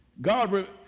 God